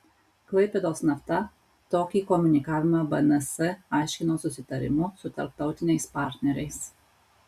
klaipėdos nafta tokį komunikavimą bns aiškino susitarimu su tarptautiniais partneriais